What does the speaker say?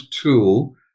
tool